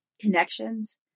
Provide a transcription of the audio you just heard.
connections